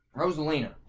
Rosalina